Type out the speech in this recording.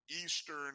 Eastern